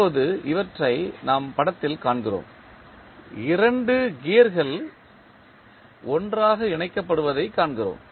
இப்போது இவற்றை நாம் படத்தில் காண்கிறோம் 2 கியர்கள் ஒன்றாக இணைக்கப்படுவதைக் காண்கிறோம்